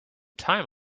time